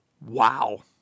Wow